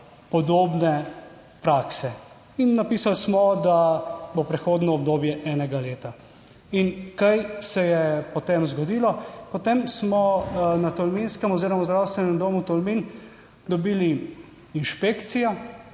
podobne prakse. In napisali smo, da bo prehodno obdobje enega leta. In kaj se je potem zgodilo? Potem smo na Tolminskem oziroma v Zdravstvenem domu Tolmin dobili inšpekcijo,